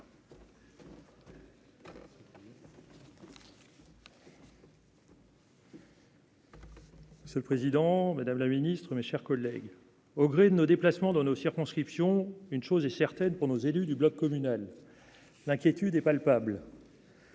C'est le président, madame la ministre, mes chers collègues, au gré de nos déplacements dans nos circonscriptions, une chose est certaine, pour nos élus du bloc communal, l'inquiétude est palpable.